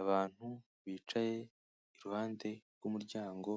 Abantu bicaye iruhande rw'umuryango,